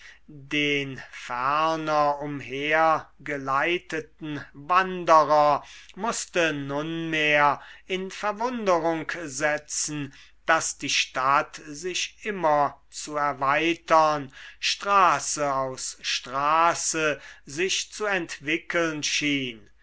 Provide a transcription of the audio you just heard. den ferner umhergeleiteten wanderer mußte nunmehr in verwunderung setzen daß die stadt sich immer zu erweitern straße aus straße sich zu entwickeln schien